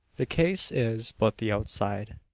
the case is but the outside.